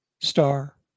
Star